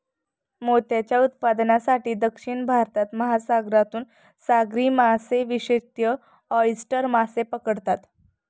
मोत्यांच्या उत्पादनासाठी, दक्षिण भारतात, महासागरातून सागरी मासेविशेषज्ञ ऑयस्टर मासे पकडतात